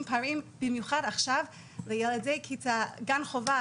פערים במיוחד עכשיו לילדי גן חובה,